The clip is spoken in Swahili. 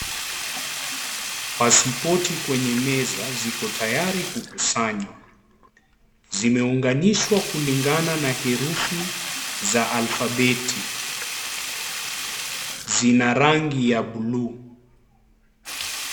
Pasipoti kwenye meza ziko tayari kukusanywa, zimeunganishwa kulingana na herufi za alfabeti. Zina rangi ya bulu.